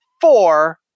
four